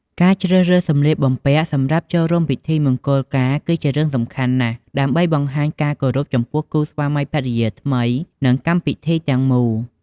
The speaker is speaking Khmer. ការជ្រើសរើសសម្លៀកបំពាក់សម្រាប់ចូលរួមពិធីមង្គលការគឺជារឿងសំខាន់ណាស់ ដើម្បីបង្ហាញការគោរពចំពោះគូស្វាមីភរិយាថ្មី និងកម្មពិធីទាំងមូល។